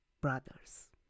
brothers